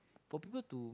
for people to